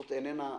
זאת איננה הכוונה.